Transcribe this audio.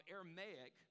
Aramaic